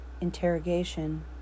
Interrogation